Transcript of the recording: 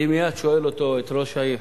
אני מייד שואל אותו, את ראש העיר: